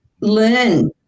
learn